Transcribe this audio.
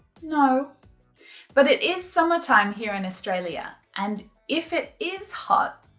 no but it is summertime here in australia. and if it is hot,